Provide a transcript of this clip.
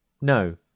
no